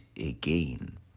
again